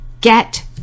get